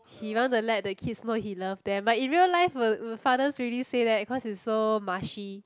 he want to let the kids know he love them but in real life would would fathers really say that cause it's so mushy